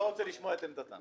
אתם